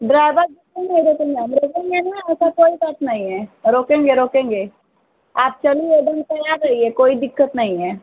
driver तुम मेरे को ना मेरे में ना ऐसा कोई बात नहीं है रोकेंगे रोकेंगे आप चलिए एकदम तैयार रहिए कोई दिक्कत नहीं है